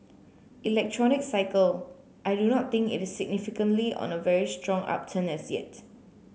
electronics cycle I do not think it is significantly on a very strong upturn as yet